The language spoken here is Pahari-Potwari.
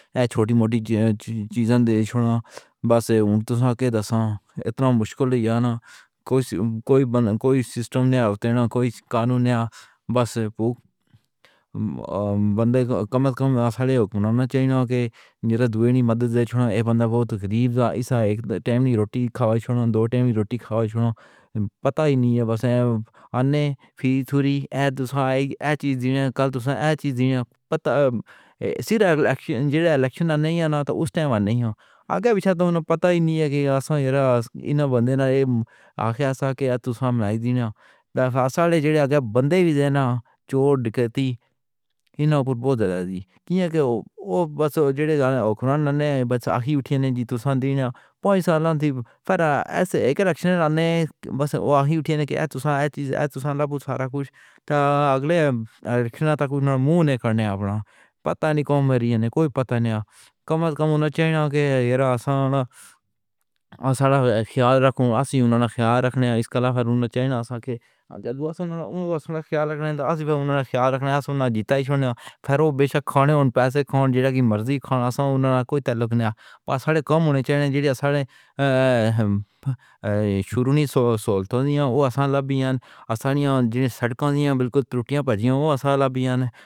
ہے۔ چھوٹی موٹی جیسی چیزاں دے وچ بس اوہناں دا ساکھا اِتنا مُشکِل یا نہ کوئی کوئی بن۔ کوئی سسٹم نہیں ہُندا۔ نہ کوئی قانون ہے بس اوہ۔ بندہ کم توں کم حُکمرانی چاہیدا اے کہ جو دنیا وچ مدد دے، اِک بندہ بہت غریب سا اِک وقت روٹی کھاوے تاں وقت روٹی کھاوے۔ پتہ ہی نہیں ہے بس اَنھی فِرے تھوڑی اَیڈ تاں ہائے جی کل تُوں سی جینا پتہ سرا لَکھاں نہ نہیں آنا تاں اُسے وقت نہیں آ گیا۔ وِچار تاں پتہ ہی نہیں ہے کہ آسان یار اِنہاں بندے نہ اکھیاں سا کے تُوں سَمھلا دے نا۔ سالے جو بندے وی دے نا جو کردی اِنہاں پر بہت زیادہ کیا کے اوہ بس اوڑھنا بس اکھی اُٹھے نا جی تُوں سان٘دی نا پنج سال تھی پھٹا ایسے اِک ریشنالے نے بس واہ اُٹھے نا تاں سارا کُجھ توں اگلے دین تُک اوہناں نے مُنہ کرنا۔ اپنا پتہ نہیں کم ہے یا نہیں، کوئی پتہ نہیں۔ کماں کم چاہیدا اے کہ آسان تے سَرل خیال رکھاں۔ اسی اوہناں نے خیال رکھنا اے۔ اِس دے علاوہ چائنا توں خیال رکھنا اے۔ اوہناں نے خیال رکھنا اے۔ جیتا ہی پھر اوہ بِشک پیسے دی مرضی دا تعلُّق نہیں پاسا کم ہوݨ چاہیدے۔ جِتنے سارے ہاں۔ شروع نہیں ہُندا سالیاں بالکل خَطاواں بھر جاؤ۔